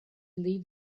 leave